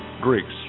Greeks